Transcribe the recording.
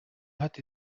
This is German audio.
hat